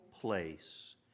place